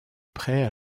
près